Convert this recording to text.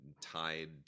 tied